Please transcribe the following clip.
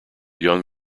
young